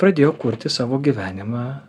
pradėjo kurti savo gyvenimą